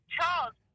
Charles